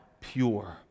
pure